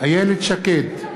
איילת שקד,